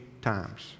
times